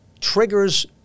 triggers